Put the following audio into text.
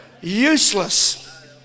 useless